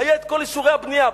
היו כל אישורי הבנייה.